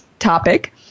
topic